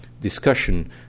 discussion